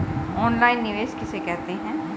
Online निवेश किसे कहते हैं?